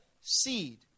seed